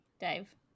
Dave